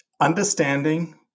Understanding